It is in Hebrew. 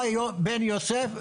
בא בן יוסף,